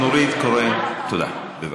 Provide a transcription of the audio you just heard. תודה לך.